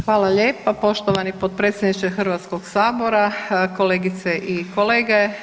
Hvala lijepa poštovani potpredsjedniče Hrvatskog sabora, kolegice i kolege.